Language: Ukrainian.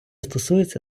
стосується